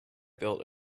built